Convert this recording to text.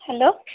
hello